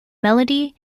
melody